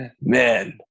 man